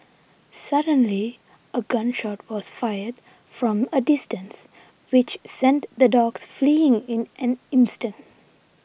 suddenly a gun shot was fired from a distance which sent the dogs fleeing in an instant